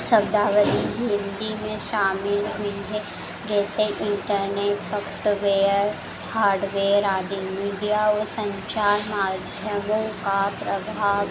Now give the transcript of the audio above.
शब्दावली हिन्दी में शामिल हुई है जैसे इन्टरनेट सॉफ्टवेयर हार्डवेयर आदि में व्या और सन्चार माध्यमों का प्रभाव